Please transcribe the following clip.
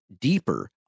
deeper